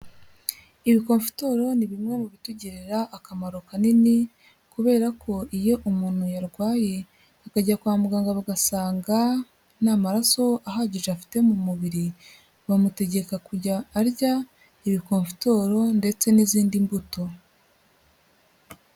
Ibikomfitoro ni bimwe mu bitugirira akamaro kanini kubera ko iyo umuntu yarwaye akajya kwa muganga bagasanga nta maraso ahagije afite mu mubiri, bamutegeka kujya arya ibikomfitoro ndetse n'izindi mbuto.